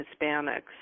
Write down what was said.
hispanics